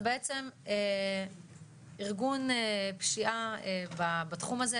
זה בעצם ארגון פשיעה בתחום הזה,